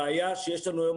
הבעיה שיש לנו היום,